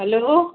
hello